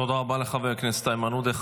תודה רבה לחבר הכנסת איימן עודה.